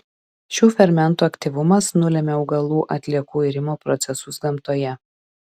šių fermentų aktyvumas nulemia augalų atliekų irimo procesus gamtoje